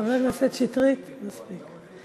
חבר הכנסת שטרית, מספיק.